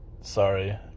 Sorry